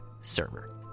server